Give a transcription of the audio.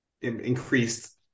increased